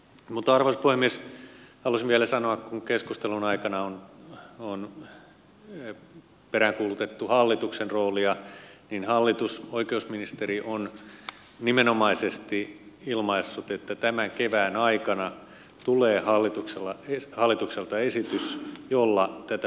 mutta arvoisa puhemies halusin vielä sanoa kun keskustelun aikana on peräänkuulutettu hallituksen roolia niin oikeusministeri on nimenomaisesti ilmaissut että tämän kevään aikana tulee hallitukselta esitys jolla tätä pikavippitoimintaa suitsitaan